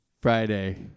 Friday